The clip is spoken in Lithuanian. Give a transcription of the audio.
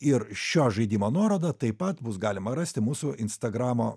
ir šio žaidimo nuorodą taip pat bus galima rasti mūsų instagramo